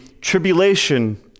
tribulation